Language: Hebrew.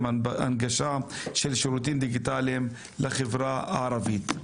הנגשה של שירותים דיגיטליים לחברה הערבית.